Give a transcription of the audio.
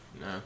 No